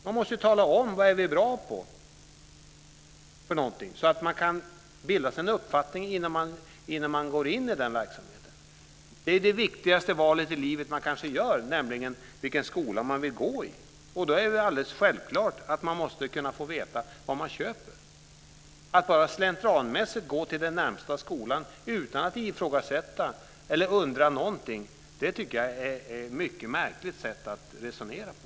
De måste tala om vad de är bra på så att människor kan bilda sig en uppfattning innan de går in i verksamheten. Det är kanske det viktigaste valet i livet människor gör, nämligen vilken skolan de vill gå i. Då är det alldeles självklart att människor måste kunna få veta vad de köper. Att bara slentrianmässigt gå till den närmaste skolan utan att ifrågasätta eller undra någonting tycker jag är ett mycket märkligt sätt att resonera på.